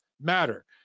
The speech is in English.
matter